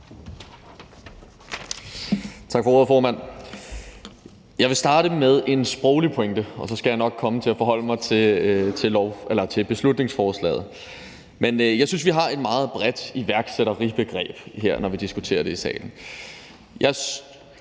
Tak for ordet, formand. Jeg vil starte med en sproglig pointe, og så skal jeg nok komme til at forholde mig til beslutningsforslaget. Jeg synes, vi har et meget bredt iværksætteribegreb, når vi diskuterer det her i salen.